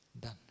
done